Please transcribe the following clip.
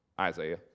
Isaiah